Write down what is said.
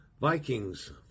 Vikings